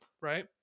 Right